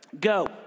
Go